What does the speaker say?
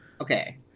Okay